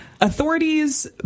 Authorities